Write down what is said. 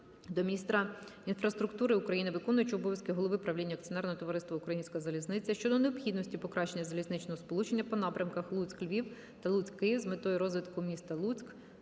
до міністра інфраструктури України, виконуючого обов'язки голови правління Акціонерного товариства "Українська залізниця" щодо необхідності покращення залізничного сполучення по напрямках Луцьк-Львів та Луцьк-Київ з метою розвитку міста Луцька,